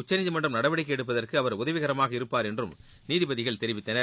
உச்சநீதிமன்றம் நடவடிக்கை எடுப்பதற்கு அவர் உதவிகரமாக இருப்பார் என்றும் நீதிபதிகள் தெரிவித்தனர்